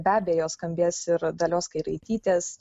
be abejo skambės ir dalios kairaitytės